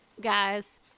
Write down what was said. guys